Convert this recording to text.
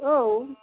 औ